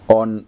on